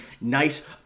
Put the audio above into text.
nice